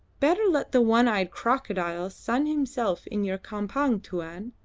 better let the one eyed crocodile sun himself in your campong, tuan.